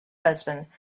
husband